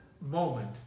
moment